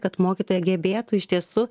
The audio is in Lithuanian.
kad mokytoja gebėtų iš tiesų